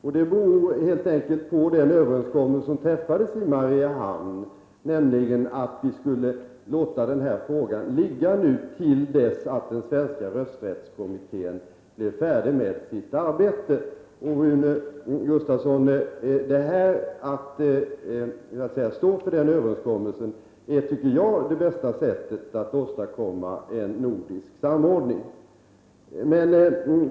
Det beror helt enkelt på den överenskommelse som träffades i Mariehamn, nämligen att vi skulle låta denna fråga ligga till dess att den svenska rösträttskommittén blir färdig med sitt arbete. Att jag står kvar vid den överenskommelsen, Rune Gustavsson, tycker jag är det bästa sättet att åstadkomma en nordisk samordning på.